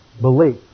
belief